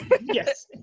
Yes